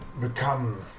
become